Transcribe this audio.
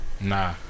Nah